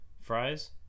fries